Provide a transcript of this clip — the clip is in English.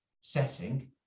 setting